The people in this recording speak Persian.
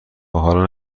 حالا